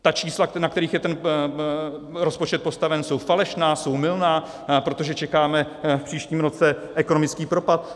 Ta čísla, na kterých je ten rozpočet postaven, jsou falešná, jsou mylná, protože čekáme v příštím roce ekonomický propad?